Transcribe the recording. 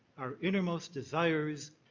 our inner most desires,